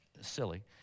Silly